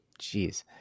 jeez